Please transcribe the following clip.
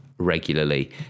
regularly